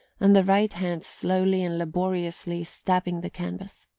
and the right hand slowly and laboriously stabbing the canvas.